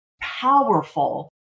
powerful